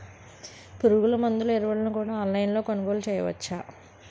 పురుగుమందులు ఎరువులను కూడా ఆన్లైన్ లొ కొనుగోలు చేయవచ్చా?